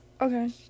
Okay